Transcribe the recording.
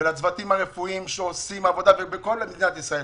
ולצוותים הרפואיים שעושים עבודה בכל מדינת ישראל